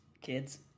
Kids